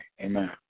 Amen